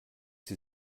sie